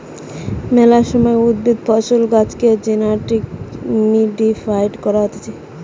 মেলা সময় উদ্ভিদ, ফসল, গাছেকে জেনেটিক্যালি মডিফাইড করা হতিছে